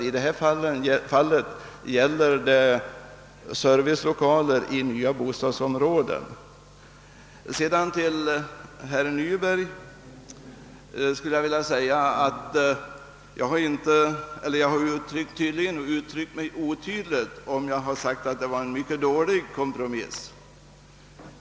I detta fall gäller Till herr Nyberg vill jag säga att jag måtte ha uttryckt mig otydligt, om herr Nyberg har fattat det så, att jag menade att det var en mycket dålig kompromiss.